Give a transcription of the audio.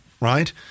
right